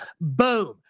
Boom